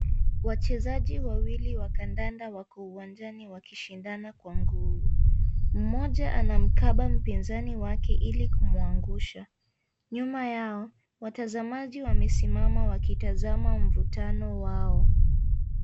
Wachezaji wawili wa kandanda wako uwanjani wakishindana kwa nguvu, mmoja anamkaba mpinzani wake ili kumwangusha nyuma yao watazamaji wamesimama wakitazama mvutano wao.